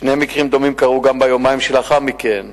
שני מקרים דומים קרו גם ביומיים שלאחר מכן,